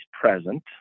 present